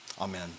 amen